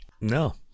no